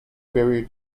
barrier